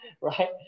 right